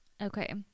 Okay